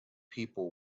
people